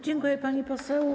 Dziękuję, pani poseł.